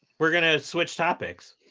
we're going to switch topics.